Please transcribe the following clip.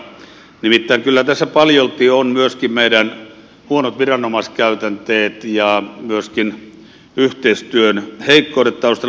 nimittäin kyllä tässä paljolti ovat myöskin meidän huonot viranomaiskäytänteet ja myöskin yhteistyön heikkoudet taustalla